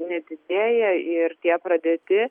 nedidėja ir tie pradėti